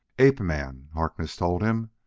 ape-man, harkness told him.